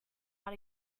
out